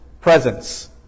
presence